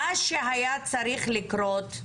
מה שהיה צריך לקרות,